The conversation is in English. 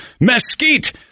mesquite